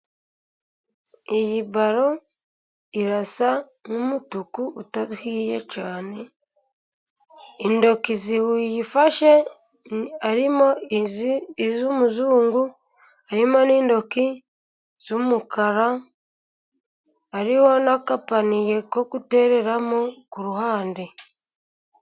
Iyi baro, irasa n'umutuku udahiye cyane, intoki ziyifashe harimo iz'umuzungu, harimo n'intoki z'umukara, hariho n'agapaniye ko kutereramo ku ruhande.